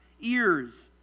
ears